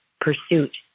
pursuit